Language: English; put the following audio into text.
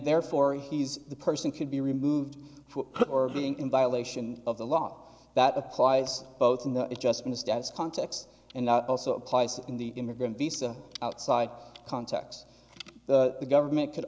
therefore he's the person could be removed or being in violation of the law that applies both in the adjustment status context and also applies in the immigrant visa outside contacts the government could